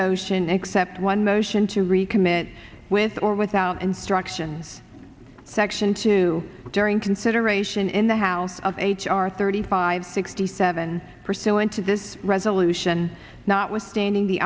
motion except one motion to recommit with or without instruction section two during consideration in the house of h r thirty five sixty seven pursuant to this resolution not withstanding the